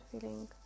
feeling